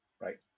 Right